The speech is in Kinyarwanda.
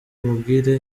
umubwire